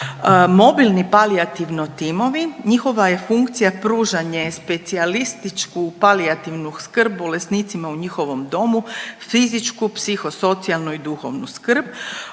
mobilni palijativni timovi. Njihova je funkcija pružanje specijalističku palijativnu skrb bolesnicima u njihovom domu, fizičku, psiho socijalnu i duhovnu skrb,